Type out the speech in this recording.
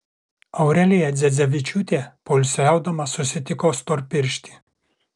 aurelija dzedzevičiūtė poilsiaudama susitiko storpirštį